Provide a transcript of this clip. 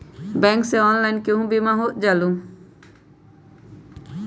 Bank से online केहु बिमा हो जाईलु?